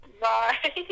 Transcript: Bye